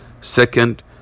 Second